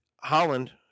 Holland